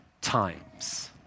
times